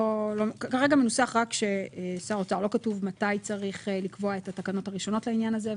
לא כתוב מתי שר האוצר צריך לקבוע את התקנות הראשונות לעניין הזה,